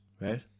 right